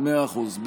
מאה אחוז.